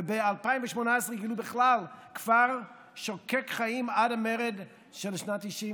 וב-2018 גילו בכלל כפר שוקק חיים עד המרד של שנת 90,